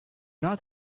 not